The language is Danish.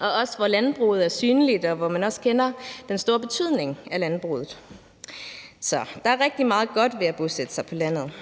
og også hvor landbruget er synligt, og hvor man også kender den store betydning af landbruget. Så der er rigtig meget godt ved at bosætte sig på landet.